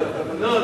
נתקבלה.